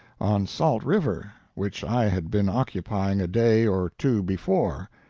on salt river, which i had been occupying a day or two before.